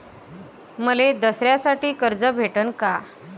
मले दसऱ्यासाठी कर्ज भेटन का?